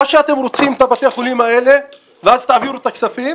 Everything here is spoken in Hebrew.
או שאתם רוצים את בתי החולים האלה ואז תעבירו את הכספים,